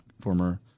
former